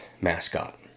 mascot